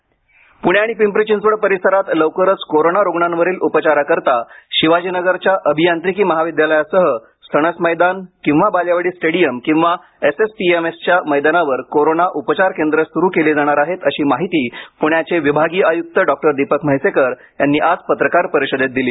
प्णे आणि पिंपरी चिंचवड परिसरात लवकरच कोरोना रुग्णांवरील उपचाराकरता शिवाजीनगरच्या अभियांत्रिकी महाविद्यालयासह सणस मैदान र्किंवा बालेवाडी स्टेडियम किंवा S S P M S च्या मैदानावर कोरोना उपचार केंद्र सुरू केली जाणार आहेत अशी माहिती पुण्याचे विभागीय आयुक्त डॉक्टर दीपक म्हैसेकर यांनी आज पत्रकार परिषदेत दिली